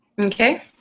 Okay